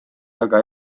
aga